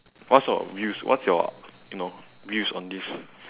what's your views what's your you know views on this